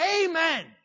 Amen